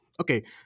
Okay